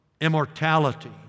immortality